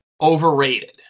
overrated